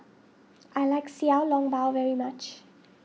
I like Xiao Long Bao very much